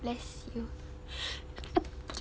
bless you